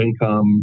income